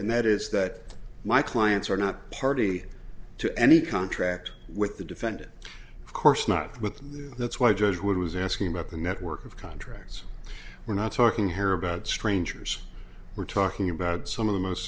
and that is that my clients are not party to any contract with the defendant of course not but that's why judge would was asking about the network of contracts we're not talking here about strangers we're talking about some of the most